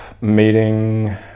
meeting